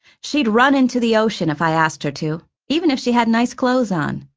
she'd run into the ocean if i asked her to, even if she had nice clothes on.